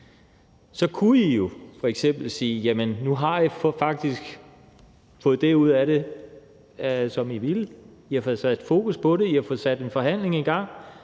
kunne I jo f.eks. sige, at I nu faktisk har fået det ud af det, som I ville – I har fået sat fokus på det, I har fået sat en forhandling i gang.